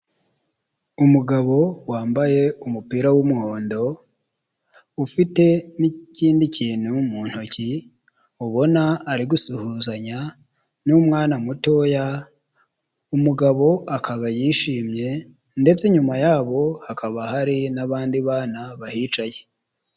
Umugabo wambaye umupira w'umuhondo ufite n'ikindi kintu mu ntoki ubona ari gusuhuzanya n'umwana mutoya ,umugabo akaba yishimye ndetse inyuma yabo hakaba hari n'abandi bana bahicaye.